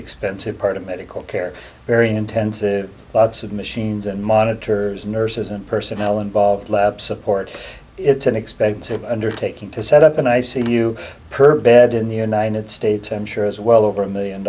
expensive part of medical care very intensive lots of machines and monitors nurses and personnel involved lab support it's an expensive undertaking to set up an i c u per bed in the united states i'm sure as well over a million